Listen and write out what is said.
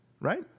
right